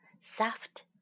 soft